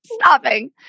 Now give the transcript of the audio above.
Stopping